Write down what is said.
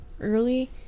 early